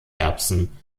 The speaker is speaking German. erbsen